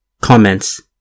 Comments